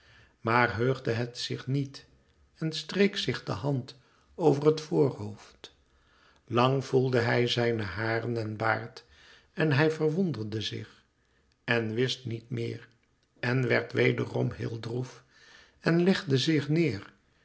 maar heugde het zich niet en streek zich de hand over het voorhoofd lang voelde hij zijne haren en baard en hij verwonderde zich en wist niet meer en werd wederom heél droef en legde zich neêr